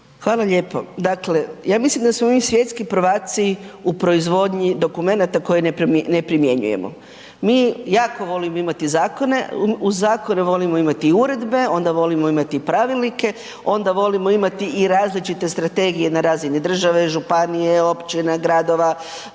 Hvala lijepo. Dakle, ja mislim da smo mi svjetski prvaci u proizvodnji dokumenata koje ne primjenjujemo. Mi jako volimo imati zakone, uz zakone volimo imati i uredbe, onda volimo imati i pravilnike, onda volimo imati i različite strategije na razini države, županije, općina, gradova,